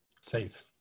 Safe